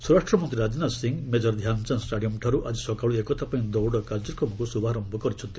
ସ୍ୱରାଷ୍ଟ୍ରମନ୍ତ୍ରୀ ରାଜନାଥ ସିଂ ମେଜର୍ ଧ୍ୟାନଚାନ୍ଦ ଷ୍ଟାଡିୟମ୍ଠାରୁ ଆଜି ସକାଳୁ ଏକତା ପାଇଁ ଦୌଡ଼ କାର୍ଯ୍ୟକ୍ରମକୁ ଶ୍ରଭାରମ୍ଭ କରିଛନ୍ତି